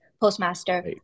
postmaster